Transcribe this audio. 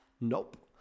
Nope